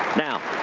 now,